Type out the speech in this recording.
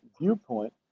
viewpoint